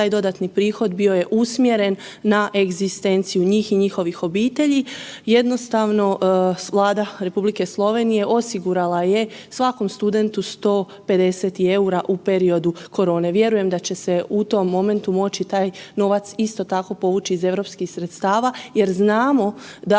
Taj dodatni prihod bio je usmjeren na egzistenciju njih i njihovih obitelji. Jednostavno Vlada Republike Slovenije osigurala je svakom studentu 150 eura u periodu korone, vjerujem da će se u tom momentu moći taj novac isto tako povući iz europskih sredstava jer znamo da